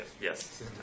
Yes